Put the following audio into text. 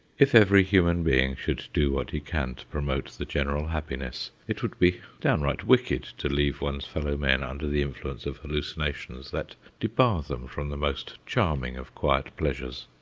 if every human being should do what he can to promote the general happiness, it would be downright wicked to leave one's fellow-men under the influence of hallucinations that debar them from the most charming of quiet pleasures.